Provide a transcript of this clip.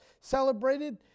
celebrated